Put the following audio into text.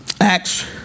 Acts